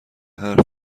حرف